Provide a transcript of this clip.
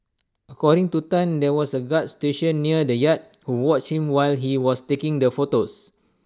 according to Tan there was A guard stationed near the yacht who watched him while he was taking the photos